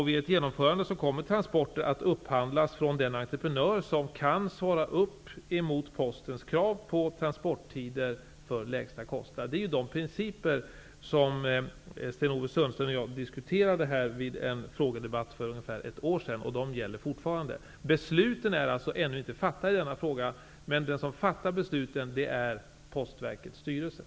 Vid ett genomförande kommer transporter att upphandlas från den entreprenör som kan svara upp mot Det är de principer som Sten-Ove Sundström och jag diskuterade vid en frågedebatt för ungefär ett år sedan. De principerna gäller fortfarande. Besluten har ännu inte fattats i denna fråga. Men det är Postverkets styrelse som skall fatta besluten.